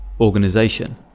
organization